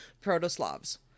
proto-slavs